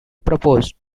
proposed